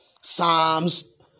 Psalms